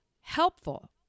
helpful